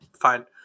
fine